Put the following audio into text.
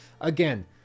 again